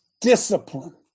discipline